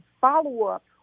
follow-up